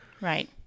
Right